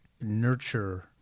nurture